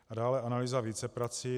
A dále analýza víceprací.